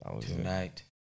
Tonight